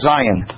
Zion